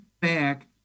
back